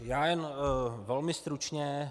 Já jen velmi stručně.